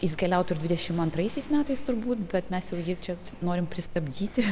jis keliautų ir dvidešimt antraisiais metais turbūt bet mes jau jį čia norim pristabdyti